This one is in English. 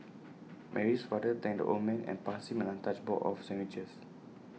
Mary's father thanked the old man and passed him an untouched box of sandwiches